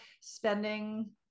spending